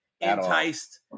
enticed